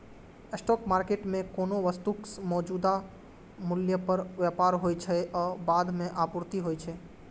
spot market मे कोनो वस्तुक मौजूदा मूल्य पर व्यापार होइ छै आ बाद मे आपूर्ति होइ छै